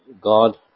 God